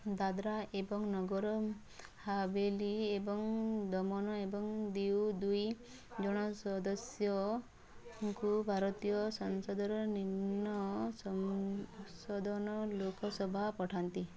ଦାଦ୍ରା ଏବଂ ନଗର ହାଭେଲି ଏବଂ ଦମନ ଏବଂ ଦିଉ ଦୁଇଜଣ ସଦସ୍ୟଙ୍କୁ ଭାରତୀୟ ସଂସଦର ନିମ୍ନ ସଦନ ଲୋକସଭା ପଠାନ୍ତି